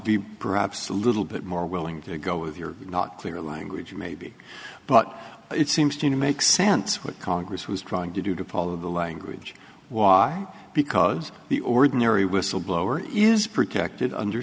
bribes a little bit more willing to go with your not clear language maybe but it seems to make sense what congress was trying to do to paul of the language was because the ordinary whistleblower is protected under